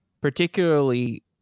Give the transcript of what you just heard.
particularly